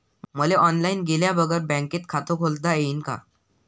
मले ऑनलाईन गेल्या बगर बँकेत खात खोलता येईन का?